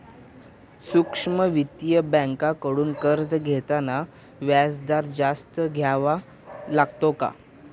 सूक्ष्म वित्तीय बँकांकडून कर्ज घेताना व्याजदर जास्त द्यावा लागतो का?